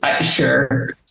Sure